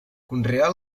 conreà